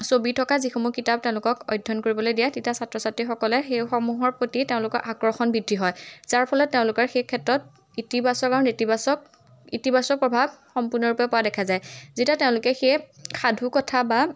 ছবি থকা যিসমূহ কিতাপ তেওঁলোকক অধ্যয়ন কৰিবলৈ দিয়ে তেতিয়া ছাত্ৰ ছাত্ৰীসকলে সেইসমূহৰ প্ৰতি তেওঁলোকক আকৰ্ষণ বৃদ্ধি হয় যাৰ ফলত তেওঁলোকৰ সেইক্ষেত্ৰত ইতিবাচক আৰু নেতিবাচক ইতিবাচক প্ৰভাৱ সম্পূৰ্ণৰূপে পৰা দেখা যায় যেতিয়া তেওঁলোকে সেই সাধুকথা বা